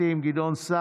אין נמנעים.